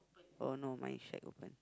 oh no mine shack open